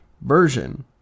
version